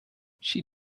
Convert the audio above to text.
she